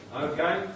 Okay